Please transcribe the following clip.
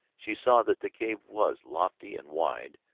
she saw that the cave was lofty and wide,